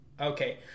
okay